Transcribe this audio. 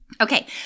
Okay